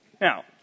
Now